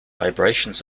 vibrations